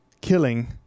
killing